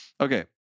Okay